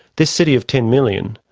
this city of ten million,